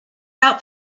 out